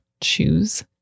choose